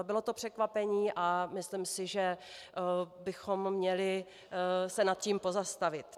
Bylo to překvapení a myslím si, že bychom měli se nad tím pozastavit.